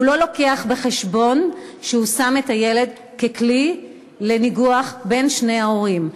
הוא לא מביא בחשבון שהוא שם את הילד ככלי לניגוח בין שני ההורים.